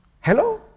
Hello